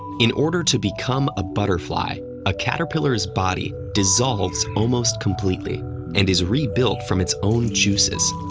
in order to become a butterfly, a caterpillar's body dissolves almost completely and is rebuilt from its own juices.